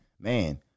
man